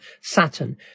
Saturn